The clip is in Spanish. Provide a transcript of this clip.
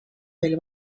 del